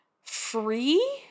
free